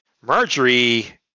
Marjorie